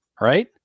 Right